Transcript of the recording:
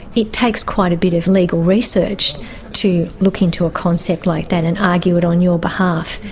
it takes quite a bit of legal research to look into a concept like that and argue it on your behalf.